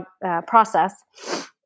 process